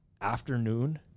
Afternoon